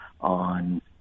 on